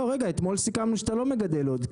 לא, רגע עכשיו סיכמנו שאתה לא מגדל עוד.